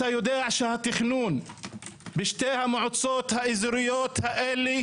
אתה יודע שהתכנון בשתי המועצות האזוריות האלה